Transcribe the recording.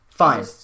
Fine